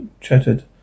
chattered